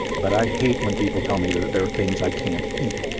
but i hate when people tell me that there are things i can't eat.